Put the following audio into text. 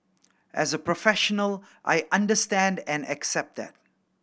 as a professional I understand and accept that